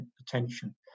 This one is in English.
attention